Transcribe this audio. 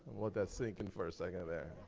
let that sink in for a second there.